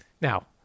Now